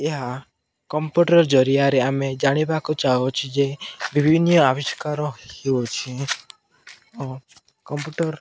ଏହା କମ୍ପ୍ୟୁଟର ଜରିଆରେ ଆମେ ଜାଣିବାକୁ ଚାହୁଁଛୁ ଯେ ବିଭିନ୍ନ ଆବିଷ୍କାର ହେଉଛି କମ୍ପ୍ୟୁଟର